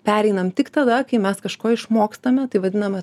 pereinam tik tada kai mes kažko išmokstame tai vadiname